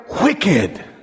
wicked